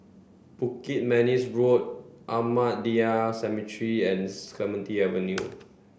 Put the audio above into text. Bukit Manis Road Ahmadiyya Cemetery and Avenue